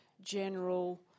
general